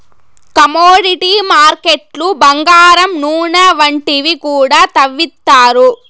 commodity మార్కెట్లు బంగారం నూనె వంటివి కూడా తవ్విత్తారు